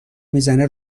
میزنه